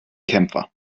kämpfer